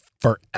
forever